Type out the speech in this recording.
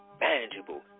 manageable